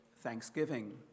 Thanksgiving